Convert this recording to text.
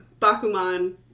Bakuman